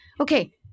Okay